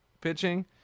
pitching